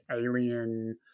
alien